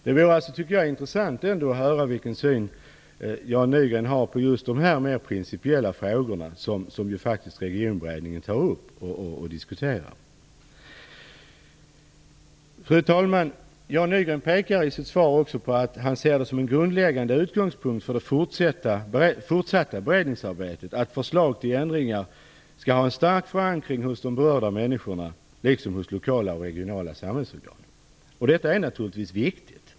Det vore intressant att höra vilken syn Jan Nygren har på just de här mer principiella frågorna som ju faktiskt Regionberedningen tar upp och diskuterar. Fru talman! Jan Nygren pekar i sitt svar också på att han ser det som en grundläggande utgångspunkt för det fortsatta beredningsarbetet att förslag till ändringar bör ha en stark förankring hos de berörda människorna liksom hos lokala och regionala samhällsorgan. Detta är naturligtvis viktigt.